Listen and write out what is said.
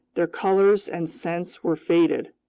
their colors and scents were faded.